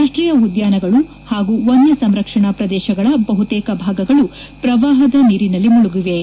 ರಾಷ್ಷೀಯ ಉದ್ದಾನಗಳು ಹಾಗೂ ವನ್ನ ಸಂರಕ್ಷಣಾ ಪ್ರದೇಶಗಳ ಬಹುತೇಕ ಭಾಗಗಳು ಪ್ರವಾಹದ ನೀರಿನಲ್ಲಿ ಮುಳುಗಿವೆ